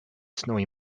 snowy